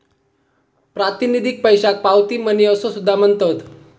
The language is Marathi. प्रातिनिधिक पैशाक पावती मनी असो सुद्धा म्हणतत